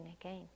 again